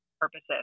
purposes